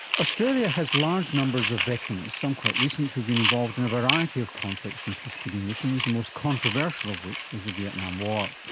australia has large numbers of veterans, some quite recent, who've been involved in a variety of conflicts and peace keeping missions, the most controversial of which was the vietnam war.